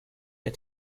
der